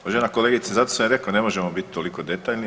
Uvažena kolegice, zato sam i reko ne možemo bit toliko detaljni.